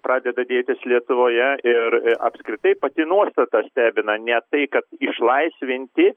pradeda dėtis lietuvoje ir apskritai pati nuostata stebina ne tai kad išlaisvinti